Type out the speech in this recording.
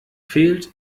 fehlt